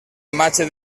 imatge